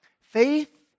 Faith